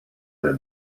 den